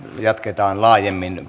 jatketaan laajemmin